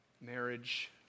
marriage